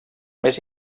més